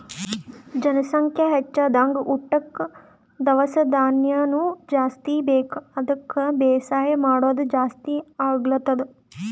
ಜನಸಂಖ್ಯಾ ಹೆಚ್ದಂಗ್ ಊಟಕ್ಕ್ ದವಸ ಧಾನ್ಯನು ಜಾಸ್ತಿ ಬೇಕ್ ಅದಕ್ಕ್ ಬೇಸಾಯ್ ಮಾಡೋದ್ ಜಾಸ್ತಿ ಆಗ್ಲತದ್